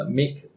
make